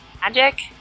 Magic